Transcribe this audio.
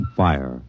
fire